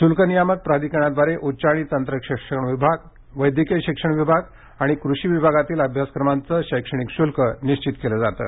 शुल्क नियामक प्राधिकरणाद्वारे उच्च आणि तंत्रशिक्षण विभाग वैद्यकीय शिक्षण विभाग आणि कृषी विभागातील अभ्यासक्रमांचं शैक्षणिक शुल्क निश्चित केलं जातं